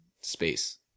space